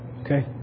Okay